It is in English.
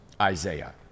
Isaiah